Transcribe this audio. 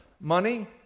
money